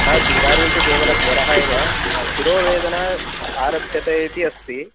नास्ति इदानीं तु केवलज्वरः एव शिरोवेदना आरप्स्यते इति अस्ति